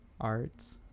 arts